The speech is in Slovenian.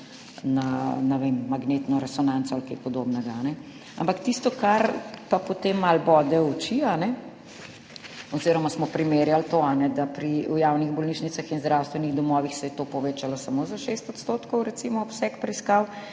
magnetno resonanco ali kaj podobnega. Tisto, kar pa potem malo bode v oči oziroma smo primerjali to, da se je pri javnih bolnišnicah in zdravstvenih domovih to povečalo samo za 6 %, recimo obseg preiskav,